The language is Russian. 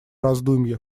раздумье